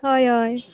हय हय